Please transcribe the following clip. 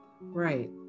Right